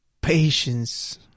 patience